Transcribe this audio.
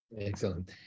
Excellent